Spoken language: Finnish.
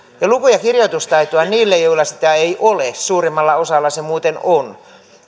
ja luku ja kirjoitustaitoa niille joilla sitä ei ole suurimmalla osalla se muuten on